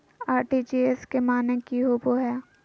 RTGS के माने की होबो है?